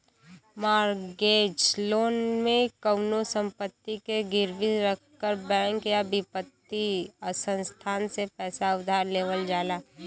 mortgage loan में कउनो संपत्ति के गिरवी रखकर बैंक या वित्तीय संस्थान से पैसा उधार लेवल जाला